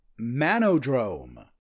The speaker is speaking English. Manodrome